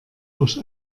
durch